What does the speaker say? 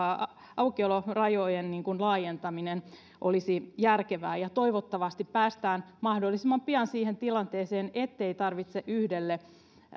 aukiolorajojen laajentaminen olisi järkevää toivottavasti päästään mahdollisimman pian siihen tilanteeseen ettei tarvitse yhdelle